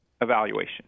evaluation